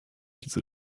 dieser